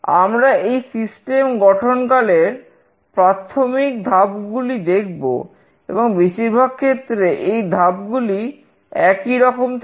আমরা এই সিস্টেম গঠনকালের প্রাথমিক ধাপগুলি দেখব এবং বেশিরভাগ ক্ষেত্রে এই ধাপগুলি একই রকম থাকে